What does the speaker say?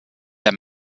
der